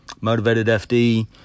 MotivatedFD